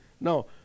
No